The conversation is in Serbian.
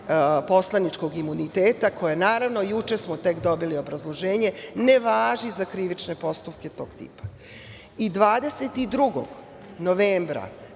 poslaničkog imuniteta, koje, juče smo tek dobili obrazloženje, ne važi za krivične postupke tog tipa i 22. novembra